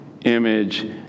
image